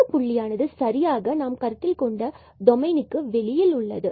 இந்த புள்ளியானது சரியாக நாம் கருத்தில் கொண்ட டோமைன்க்கு வெளியே உள்ளது